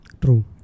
true